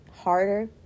harder